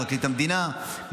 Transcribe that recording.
פרקליט המדינה,